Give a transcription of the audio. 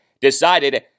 decided